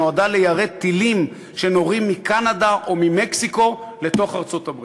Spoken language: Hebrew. שנועדה ליירט טילים שנורים מקנדה או ממקסיקו לתוך ארצות-הברית.